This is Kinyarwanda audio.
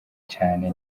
cane